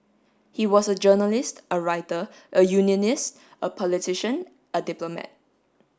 he was a journalist a writer a unionist a politician a diplomat